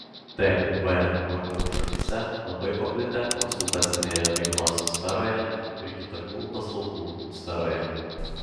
tūb vakarų šalyse labai paplitę konsultacinėje veiklos sferoje ir kitokių paslaugų sferoje